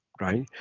right